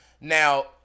Now